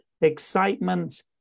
excitement